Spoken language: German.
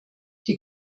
die